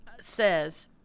says